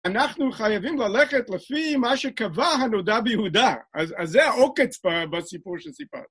אנחנו חייבים ללכת לפי מה שקבע הנודע ביהודה. אז זה העוקץ בסיפור שסיפרתי.